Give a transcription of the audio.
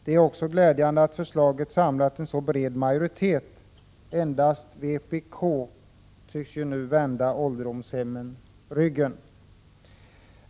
Det är också glädjande att förslaget samlat en så bred majoritet. Endast vpk tycks vända ålderdomshemmen ryggen.